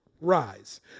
rise